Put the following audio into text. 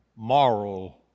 moral